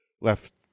left